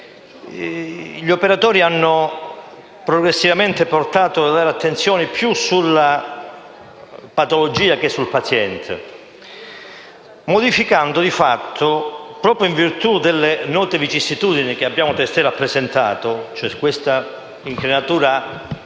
Gli operatori hanno progressivamente portato l'attenzione più sulla patologia che sul paziente, modificando di fatto, proprio in virtù delle note vicissitudini che abbiamo testé rappresentato, cioè questa enorme incrinatura del